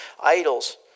idols